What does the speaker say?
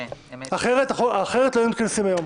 אחרת לא היינו מתכנסים היום.